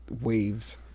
waves